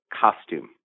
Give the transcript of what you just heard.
costume